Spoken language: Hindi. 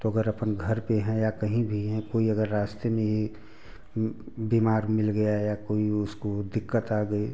तो अगर अपन घर पे हैं या कहीं भी हैं कोई अगर रास्ते में बीमार मिल गया या कोई उसको दिक्कत आ गई